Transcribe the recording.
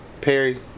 Perry